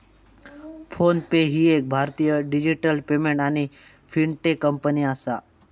phone पे ही एक भारतीय डिजिटल पेमेंट आणि फिनटेक कंपनी आसा